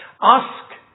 ask